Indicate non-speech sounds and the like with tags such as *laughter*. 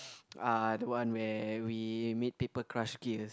*breath* ah the one where we make paper crush gears